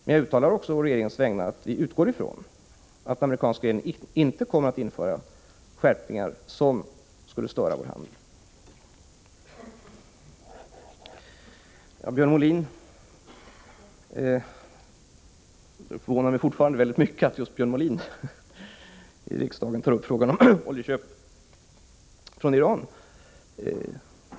Jag uttalar också å regeringens vägnar att vi utgår från att den amerikanska regeringen inte kommer att införa skärpningar som skulle störa vår handel. Det förvånar mig fortfarande att just Björn Molin i riksdagen tar upp frågan om oljeköp från Iran.